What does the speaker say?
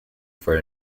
for